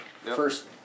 first